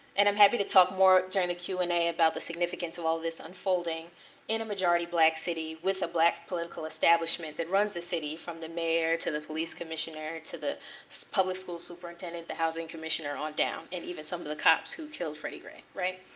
and i'm happy to talk more during the q and a about the significance of all this unfolding in a majority black city with a black political establishment that runs the city from the mayor to the police commissioner to the public school superintendent, the housing commissioner, on down. and even some of the cops who killed freddie gray, right?